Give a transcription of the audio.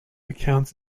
accounts